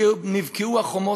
נבקעו החומות,